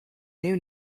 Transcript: new